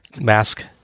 Mask